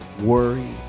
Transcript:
worry